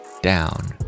down